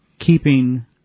keeping